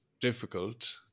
difficult